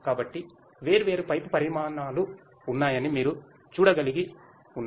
కాబట్టి వేర్వేరు పైపు పరిమాణాలు ఉన్నాయని మీరు చూడగలిగి ఉన్నాయి